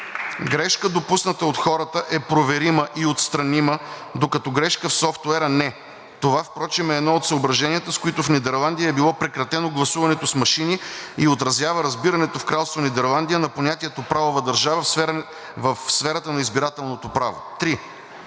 Грешка, допусната от хората, е проверима и отстранима, докато грешка в софтуера не. Това впрочем е едно от съображенията, с които в Нидерландия е било прекратено гласуването с машини и отразява разбирането в Кралство Нидерландия на понятието „правова държава“ в сферата на избирателното право. 3.